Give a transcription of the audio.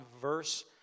verse